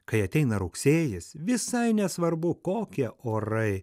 kai ateina rugsėjis visai nesvarbu kokie orai